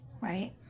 Right